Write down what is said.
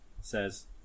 says